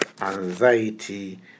anxiety